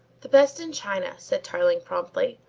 the best in china, said tarling promptly,